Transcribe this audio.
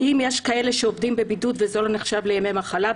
האם יש כאלה שעובדים בבידוד וזה לא נחשב לימי מחלה?